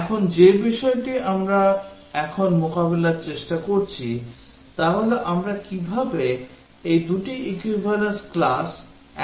এখন যে বিষয়টি আমরা এখন মোকাবিলার চেষ্টা করছি তা হল আমরা কীভাবে এই দুটি equivalence class একত্রিত করব